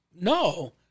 No